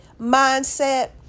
mindset